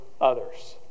others